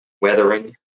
weathering